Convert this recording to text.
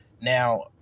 Now